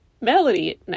melody